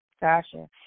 Gotcha